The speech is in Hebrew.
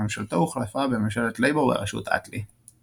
וממשלתו הוחלפה בממשלת לייבור בראשות אטלי.